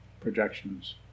projections